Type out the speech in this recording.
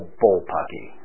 bullpucky